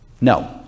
No